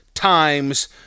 Times